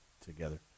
together